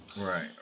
Right